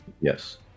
Yes